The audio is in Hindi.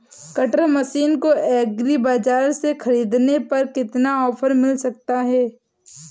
कटर मशीन को एग्री बाजार से ख़रीदने पर कितना ऑफर मिल सकता है?